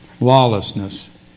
lawlessness